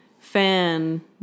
fan